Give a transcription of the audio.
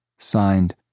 Signed